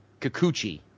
Kikuchi